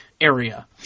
area